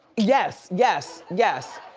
yes, yes, yes,